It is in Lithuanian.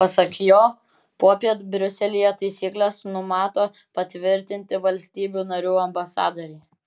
pasak jo popiet briuselyje taisykles numato patvirtinti valstybių narių ambasadoriai